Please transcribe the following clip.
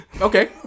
Okay